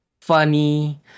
funny